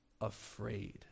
afraid